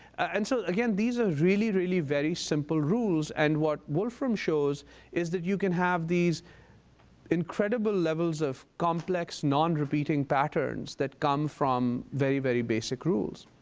and so, again, these are really, really very simple rules. and what wolfram shows is that you can have these incredible levels of complex non-repeating patterns that come from very, very basic rules.